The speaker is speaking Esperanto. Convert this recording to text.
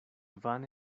vane